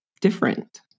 different